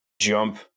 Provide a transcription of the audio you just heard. jump